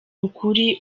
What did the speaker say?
ukuri